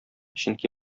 чөнки